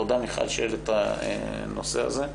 תודה, מיכל, שהעלית את הנושא הזה.